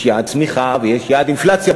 יש יעד צמיחה ויש יעד אינפלציה,